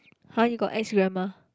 !huh! you got ex grandma